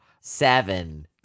Seven